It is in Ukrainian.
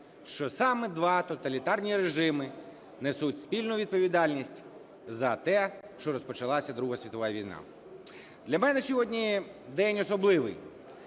що саме два тоталітарні режими несуть спільну відповідальність за те, що розпочалася Друга світова війна? Для мене сьогодні день особливий: